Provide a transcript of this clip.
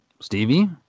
Stevie